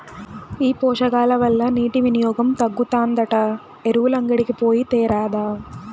ఈ పోషకాల వల్ల నీటి వినియోగం తగ్గుతాదంట ఎరువులంగడికి పోయి తేరాదా